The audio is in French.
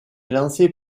lancé